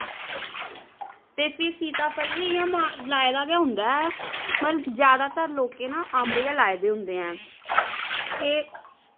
ते फिर सीताफल बी इ'यां माए लाए दा गै होंदा ऐ मतलब जैदातर लोकें ना अम्ब गै लाए दे होंदे हैन एह्